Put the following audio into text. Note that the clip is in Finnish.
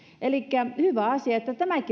elikkä on hyvä asia että tämäkin